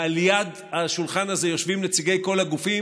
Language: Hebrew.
ועל יד השולחן הזה יושבים נציגי כל הגופים